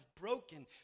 broken